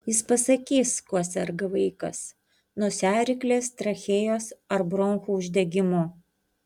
jis pasakys kuo serga vaikas nosiaryklės trachėjos ar bronchų uždegimu